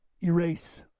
erase